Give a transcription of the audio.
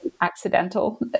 accidental